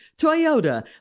Toyota